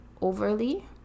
overly